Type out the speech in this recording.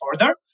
further